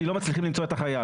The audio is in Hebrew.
כי לא מצליחים למצוא את החייב.